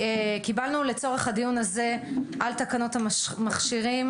לצורך הדיון הזה על תקנות המכשירים